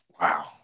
Wow